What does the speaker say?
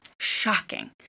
shocking